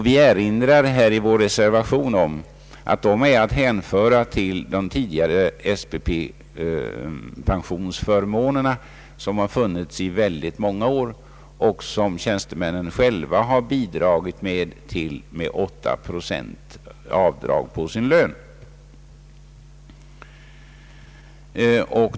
Vi erinrar i vår reservation om att de är att hänföra till de tidigare SPP-pensionsförmånerna, som har funnits i många år och som tjänstemännen har bidragit till med 8 procents avdrag på sin lön.